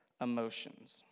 emotions